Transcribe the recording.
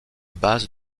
base